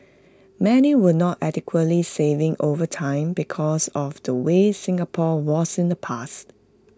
many were not adequately saving over time because of the way Singapore was in the past